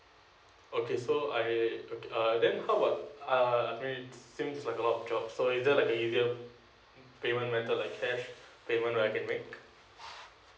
okay so I okay uh then how about uh I mean seems like a lot of job so is there like a easier payment method like cash payment that I can make